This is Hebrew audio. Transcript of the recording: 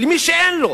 שאין לו,